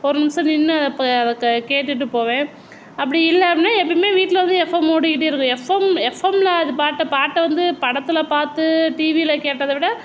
ஒரு நிமிடம் நின்று அதை கேட்டுவிட்டு போவேன் அப்படி இல்லை அப்படினா எப்பமே வீட்டில் வந்து எஃப்எம் ஓடிக்கிட்டே இருக்கும் எஃப்எம் எஃப்எம்மில் அதை பாட்டை பாட்டை வந்து படத்தில் பார்த்து டிவியில் கேட்டதை விட